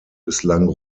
bislang